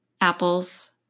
apples